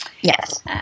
yes